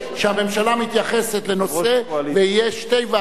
שהממשלה מתייחסת לנושא ויהיו שתי ועדות,